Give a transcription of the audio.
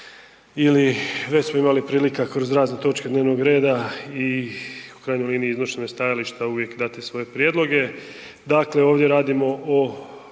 ili već smo imali prilika kroz razne točke dnevnog reda i u krajnjoj liniji iznošenje stajališta uvijek dati svoje prijedloge.